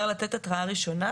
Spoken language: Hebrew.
מותר לתת התראה ראשונה,